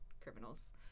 criminals